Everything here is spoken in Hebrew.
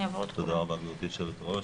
תודה רבה, גברתי יושבת-הראש.